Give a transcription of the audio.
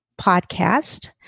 podcast